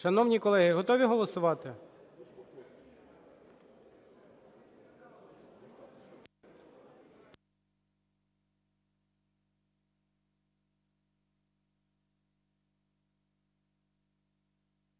Шановні колеги, готові голосувати?